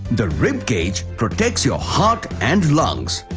the rib cage protects your heart and lungs.